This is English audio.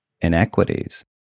inequities